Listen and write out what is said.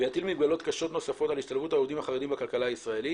ויטיל מגבלות קשות נוספות על השתלבות העובדים החרדים בכלכלה הישראלית.